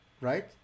right